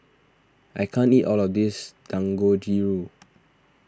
I can't eat all of this Dangojiru